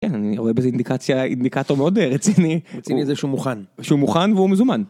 אני רואה בזה אינדיקציה אינדיקטור מאוד רציני רוצים את זה שהוא מוכן שהוא מוכן והוא מזומן.